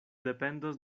dependos